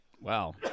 Wow